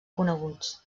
coneguts